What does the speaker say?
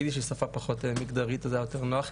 יידיש זו שפה פחות מגדרית אז היה יותר נוח,